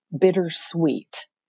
bittersweet